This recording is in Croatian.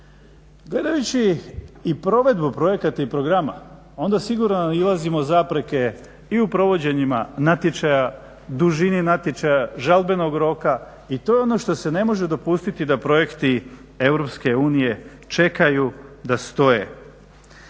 Gledajući i provedbu projekata i programa, onda sigurno nailazimo na zapreke i u provođenjima natječaja, dužini natječaja, žalbenog roka i to je ono što se ne može dopustiti, da projekti EU čekaju, da stoje.